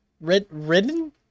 ridden